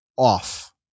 Off